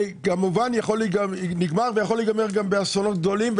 זה יכול להיגמר גם באסונות גדולים,